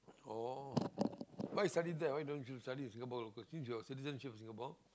oh why you study that why don't you study in Singapore local since your citizenship is Singapore